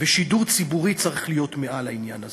ושידור ציבורי צריך להיות מעל העניין הזה.